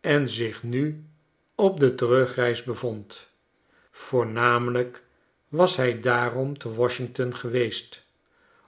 en zich nu op de terugreis bevond voornamelijk was hij daarom te washington geweest